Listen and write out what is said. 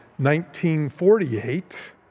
1948